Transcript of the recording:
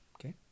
Okay